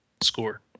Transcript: score